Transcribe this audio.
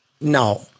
No